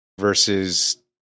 versus